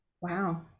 wow